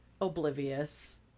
oblivious